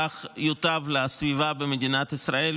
כך יוטב לסביבה במדינת ישראל,